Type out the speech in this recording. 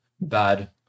bad